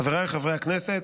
חבריי חברי הכנסת,